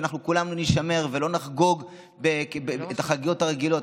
שכולנו נישמר ולא נחגוג את החגיגות הרגילות.